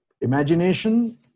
imagination